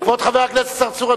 כבוד חבר הכנסת צרצור,